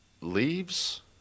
leaves